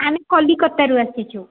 ଆମେ କଲିକତାରୁ ଆସିଛୁ